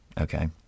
Okay